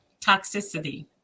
Toxicity